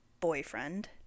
boyfriend